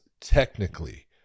technically